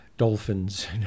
Dolphins